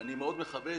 שאני מאוד מכבד,